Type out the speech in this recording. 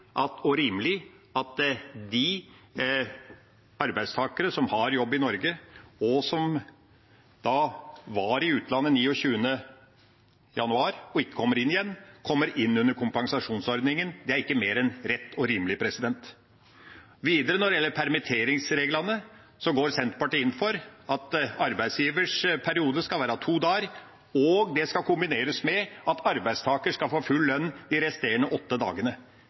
og rimelig at de arbeidstakere som har jobb i Norge, og som var i utlandet 29. januar og ikke kommer inn igjen, kommer inn under kompensasjonsordningen. Det er ikke mer enn rett og rimelig. Videre: Når det gjelder permitteringsreglene, går Senterpartiet inn for at arbeidsgivers periode skal være to dager, og at det skal kombineres med at arbeidstaker skal få full lønn de resterende åtte dagene.